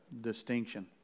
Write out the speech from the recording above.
distinction